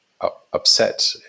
upset